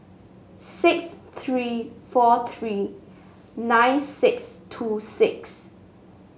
six three four three nine six two six